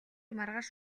маргааш